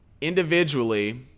individually